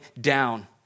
down